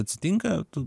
atsitinka tu